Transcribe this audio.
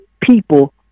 people